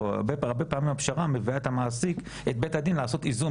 הרבה פעמים הפשרה מביאה את בית הדין לעשות איזון